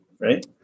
right